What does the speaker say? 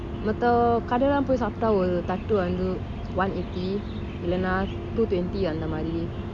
மத்த காட்டலாம் பொய் சாப்பிட ஒரு தாது வந்து:matha kaadalam poi sapta oru thaatu vanthu one eighty இல்லனா:illana two twenty அந்த மாறி:antha maari